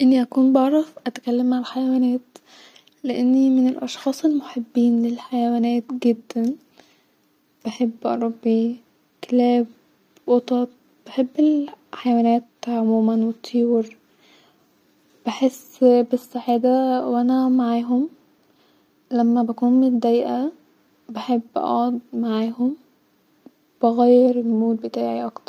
احب الاستزاده في المال-لان حاليا في وقتنا الحالي دا-الفلوس اهم حاجه-وبقي من الصعب جدا ان الواحد-يبقي- معاه فلوس كتير